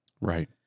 Right